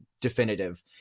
definitive